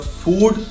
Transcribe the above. food